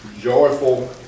joyful